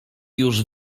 już